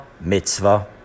mitzvah